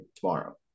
tomorrow